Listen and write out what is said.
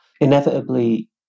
inevitably